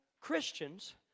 Christians